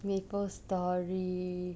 maple story